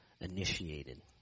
initiated